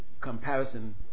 comparison